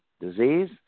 disease